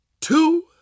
two